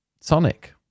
Sonic